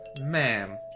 ma'am